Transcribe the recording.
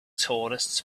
tourists